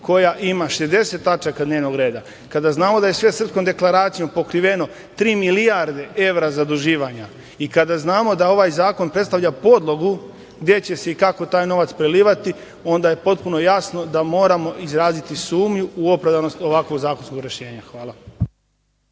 koja ima 60 tačaka dnevnog reda, kada znamo da je sa svesrpskom deklaracijom pokriveno tri milijarde evra zaduživanja i kada znamo da ovaj zakon predstavlja podlogu gde će se i kako taj novac prelivati, onda je potpuno jasno da moramo izraziti sumnju u opravdanost ovakvog zakonskog rešenja. Hvala.